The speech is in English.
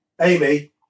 Amy